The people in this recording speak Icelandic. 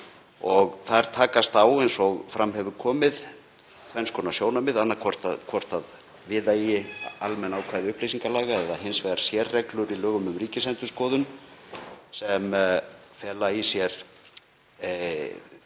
Þar takast á, eins og fram hefur komið, tvenns konar sjónarmið, annaðhvort að við eigi almenn ákvæði upplýsingalaga eða hins vegar sérreglur í lögum um Ríkisendurskoðun, sem fela það í sér